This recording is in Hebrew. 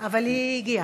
אבל היא הגיעה.